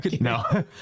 no